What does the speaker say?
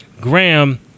Graham